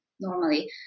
normally